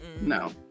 no